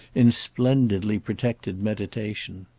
in splendidly-protected meditation.